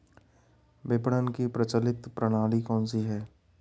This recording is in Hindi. विपणन की प्रचलित प्रणाली कौनसी है?